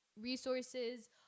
resources